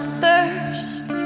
thirst